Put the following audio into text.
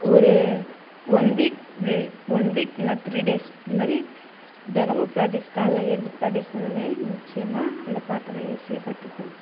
ஒரு one week we one week இல்லைனா three days இதுமாரி தினமும் பிராக்ட்டிஸ் காலைல ஏஞ்சி பிராக்ட்டிஸ் பண்ணுவேன் நிச்சயமா அந்த பாட்டை நான் ஈஸியாக கற்றுப்பேன்